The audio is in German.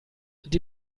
die